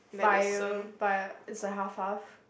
by by it's a half half